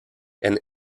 and